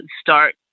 start